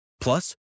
Plus